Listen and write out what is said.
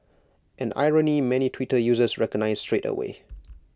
an irony many Twitter users recognised straight away